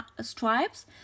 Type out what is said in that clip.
stripes